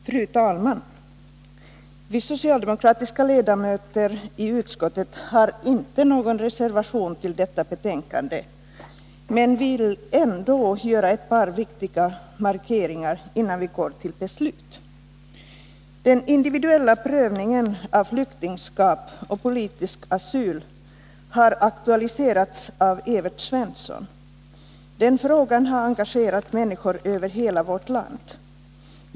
Fru talman! Vi socialdemokratiska ledamöter i utskottet har inte någon reservation till detta betänkande, men vi vill ändå göra ett par viktiga markeringar innan vi går till beslut. Den individuella prövningen av flyktingskap och politisk asyl har aktualiserats av Evert Svensson. Den frågan har engagerat människor över hela vårt land.